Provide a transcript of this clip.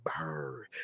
Bird